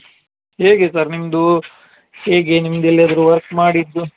ಹೇಗೆ ಸರ್ ನಿಮ್ಮದು ಹೇಗೆ ನಿಮ್ದು ಎಲ್ಲಿಯಾದರೂ ವರ್ಕ್ ಮಾಡಿದ್ದು